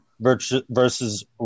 versus